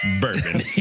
bourbon